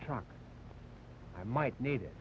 truck i might need it